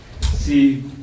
see